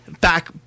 back